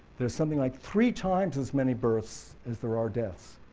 there's something like three times as many births as there are deaths,